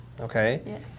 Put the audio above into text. Okay